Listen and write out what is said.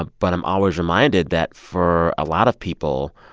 ah but i'm always reminded that for a lot of people,